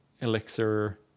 Elixir